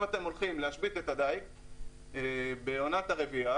אם אתם הולכים להשבית את הדייג בעונת הרבייה,